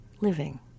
living